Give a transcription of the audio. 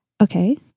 okay